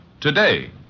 Today